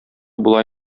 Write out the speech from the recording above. була